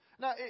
Now